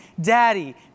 Daddy